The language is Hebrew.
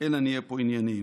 אלא נהיה פה ענייניים.